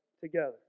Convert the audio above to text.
together